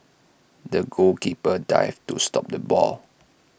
the goalkeeper dived to stop the ball